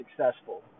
successful